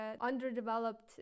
underdeveloped